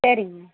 சரிங்க